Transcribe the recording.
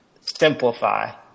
Simplify